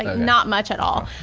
not much at all.